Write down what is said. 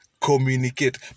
Communicate